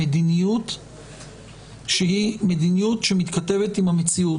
מדיניות שמתכתבת עם המציאות.